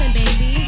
baby